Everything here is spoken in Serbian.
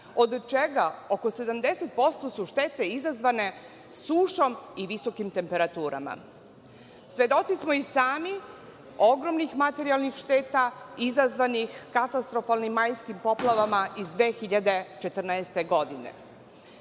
od čega oko 70% su štete izazvane sušom i visokim temperaturama. Svedoci smo i sami ogromnih materijalnih šteta izazvanih katastrofalnim majskim poplavama iz 2014.